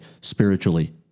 spiritually